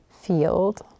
field